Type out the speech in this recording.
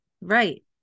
Right